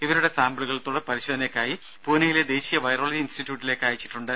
ഇവരുടെ സാമ്പിളുകൾ തുടർ പരിശോധനയ്ക്കായി പൂനെയിലെ ദേശീയ വൈറോളജി ഇൻസ്റ്റിറ്റ്യൂട്ടിലേക്ക് അയച്ചിട്ടുണ്ട്